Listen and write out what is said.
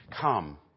come